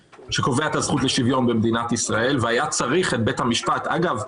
הזכות לשוויון במדינת ישראל והיה צריך את בית המשפט אגב,